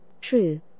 true